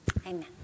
amen